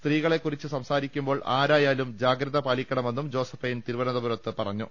സ്ത്രീകളെ കുറിച്ച് സംസാരിക്കുമ്പോൾ ആരായാലും ജാഗ്രത പാലിക്കണമെന്നും ജോസ്ഫൈൻ തിരുവനന്തപുരത്ത് പറഞ്ഞു